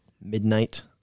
midnight